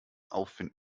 aufwind